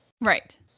right